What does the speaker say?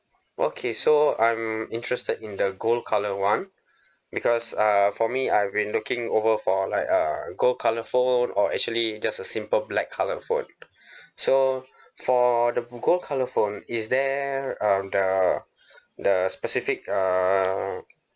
okay so I'm interested in the gold colour one because uh for me I've been looking over for like uh gold colour phone or actually just a simple black colour phone so for the gold colour phone is there um the the specific err